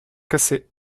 cassées